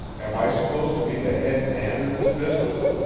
am i supposed to be the head man in this business?